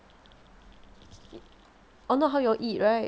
or not how you all eat right